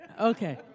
Okay